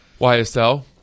YSL